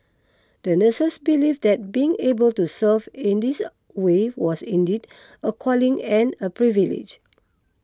the nurses believed that being able to serve in this way was indeed a calling and a privilege